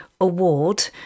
award